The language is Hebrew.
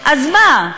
אז מה?